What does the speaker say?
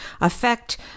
affect